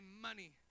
money